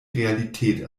realität